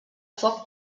foc